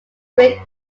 great